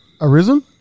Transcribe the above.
arisen